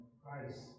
Christ